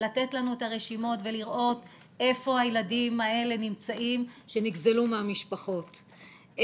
לתת לנו את הרשימות ולראות איפה הילדים האלה שנגזלו מהמשפחות נמצאים,